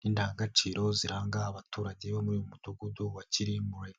n'indangagaciro ziranga abaturage bo muri uyu mudugudu wa Kirimbure.